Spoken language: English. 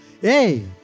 Hey